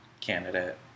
candidate